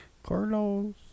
Carlos